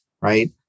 right